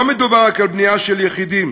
לא מדובר רק על בנייה של יחידים,